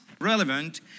relevant